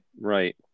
right